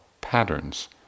patterns